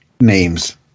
names